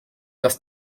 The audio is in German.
dass